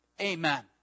Amen